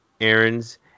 errands